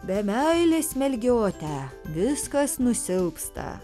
be meilės melgiote viskas nusilpsta